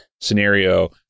scenario